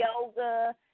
yoga